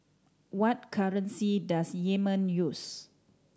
what currency does Yemen use